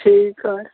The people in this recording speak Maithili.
ठीक हइ